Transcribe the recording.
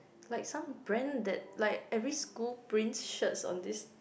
like some brand that like every school prints shirts on this